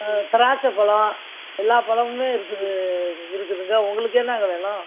திராட்சைப்பழம் எல்லா பழமுமே இருக்குது இருக்குதுங்க உங்களுக்கு என்னங்க வேணும்